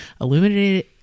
illuminated